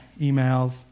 emails